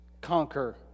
conquer